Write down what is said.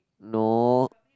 no